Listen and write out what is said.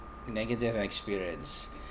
negative experience